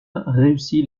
réussit